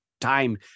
time